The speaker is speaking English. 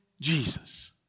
Jesus